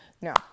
No